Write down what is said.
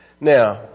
Now